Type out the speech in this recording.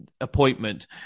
appointment